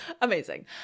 amazing